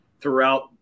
throughout